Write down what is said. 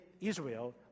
Israel